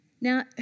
Now